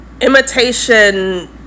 imitation